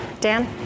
Dan